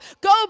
go